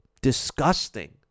disgusting